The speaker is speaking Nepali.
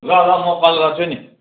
ल ल म फोन गर्छु नि